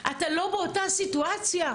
אתה לא באותה סיטואציה.